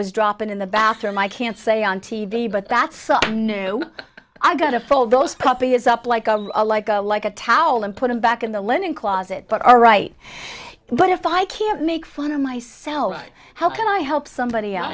was dropping in the bathroom i can't say on t v but that's so i got a full those puppies up like a like a like a towel and put them back in the linen closet but all right but if i can't make fun of myself how can i help